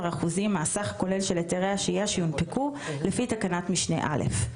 אחוזים מהסך הכולל של היתרי השהייה שיונפקו לפי תקנת משנה (א):